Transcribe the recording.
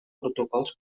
protocols